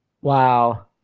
Wow